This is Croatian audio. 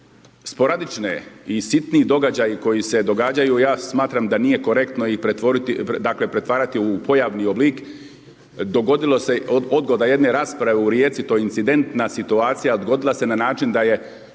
sporadične i sitni događaji koji se događaju, ja smatram da nije korektno i dakle pretvarati u pojavni oblik, dogodila se odgoda jedne rasprave u Rijeci, to je incidentna situacija, odgodila se na način da je